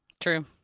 True